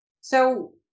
So-